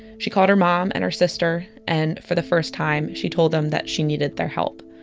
she called her mom and her sister and for the first time, she told them that she needed their help.